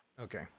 Okay